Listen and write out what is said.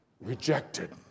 rejected